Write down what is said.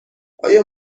آیا